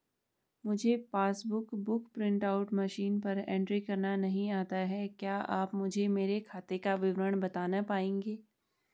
मुझे passbook book print out machine पर entry करना नहीं आता है क्या आप मुझे मेरे खाते का विवरण बताना पाएंगे?